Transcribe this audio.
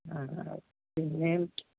ആ ആ പിന്നെ